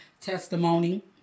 Testimony